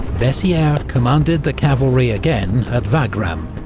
bessieres commanded the cavalry again at wagram,